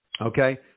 Okay